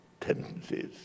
tendencies